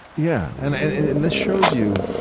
yeah. and this shows you,